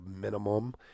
minimum